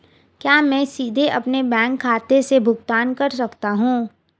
क्या मैं सीधे अपने बैंक खाते से भुगतान कर सकता हूं?